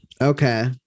Okay